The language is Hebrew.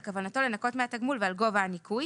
על כוונתו לנכות מהתגמול ועל גובה הניכוי